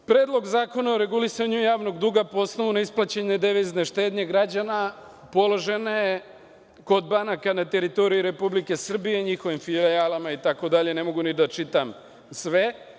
Predlog zakona o regulisanju javnog duga po osnovu neisplaćene devizne štednje građana položena je kod banaka na teritoriji Republike Srbije, njihovim filijalama itd, ne mogu ni da čitam sve.